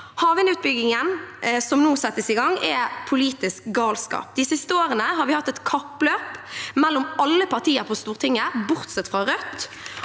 i gang, er politisk galskap. De siste årene har vi hatt et kappløp mellom alle partiene på Stortinget, bortsett fra Rødt,